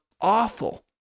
awful